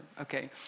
Okay